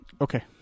Okay